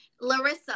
larissa